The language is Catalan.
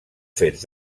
fets